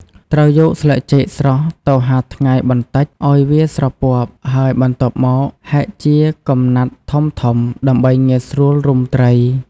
ត្រូវយកស្លឹកចេកស្រស់ទៅហាលថ្ងៃបន្តិចឲ្យវាស្រពាប់ ហើយបន្ទាប់មកហែកជាកំណាត់ធំៗ ដើម្បីងាយស្រួលរុំត្រី។